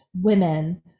women